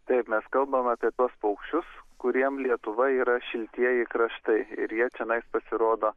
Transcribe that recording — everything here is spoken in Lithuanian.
taip mes kalbam apie tuos paukščius kuriem lietuva yra šiltieji kraštai ir jie čianais pasirodo